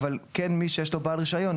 אבל מי שיש לו רישיון כן